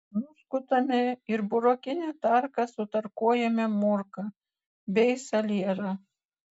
nuskutame ir burokine tarka sutarkuojame morką bei salierą